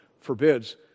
forbids